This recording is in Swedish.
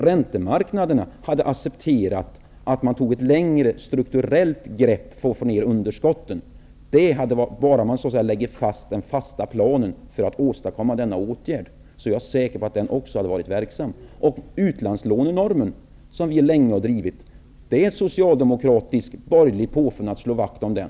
Räntemarknaderna hade accepterat att man tog ett längre strukturellt grepp för att få ned underskotten. Bara man hade preciserat den fasta planen för att åstadkomma denna åtgärd är jag säker på att den också hade varit verksam. Frågan om utlandslånenormen har vi drivit länge. Det är ett socialdemokratiskt -- borgerligt påfund att slå vakt om den.